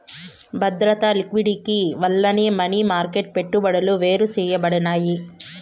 బద్రత, లిక్విడిటీ వల్లనే money market పెట్టుబడులు వేరుసేయబడినాయి